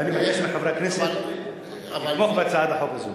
ואני מבקש מחברי הכנסת לתמוך בהצעת החוק הזו.